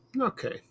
okay